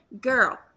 girl